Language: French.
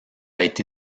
été